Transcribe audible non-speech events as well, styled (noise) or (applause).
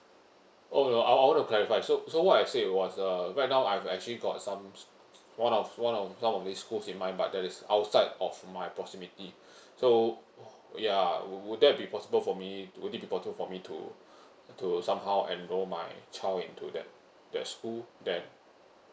oh I I want to clarify so so what I said was uh right now I've actually got some sch~ one of one of one of these schools in my mind that is outside of my proximity so (noise) ya would would that be possible for me to would it be for me to to somehow enrol my child into that that school that